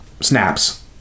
snaps